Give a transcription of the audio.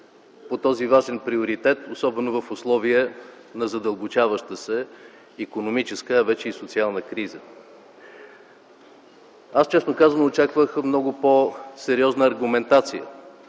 по този важен приоритет, особено в условия на задълбочаваща се икономическа, а вече и социална криза. Аз, честно казано, очаквах много по-сериозна аргументация